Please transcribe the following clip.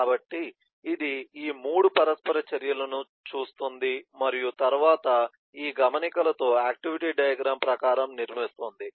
కాబట్టి ఇది ఈ 3 పరస్పర చర్యలను చూస్తుంది మరియు తరువాత ఈ గమనికలతో ఆక్టివిటీ డయాగ్రమ్ ప్రకారం నిర్మిస్తుంది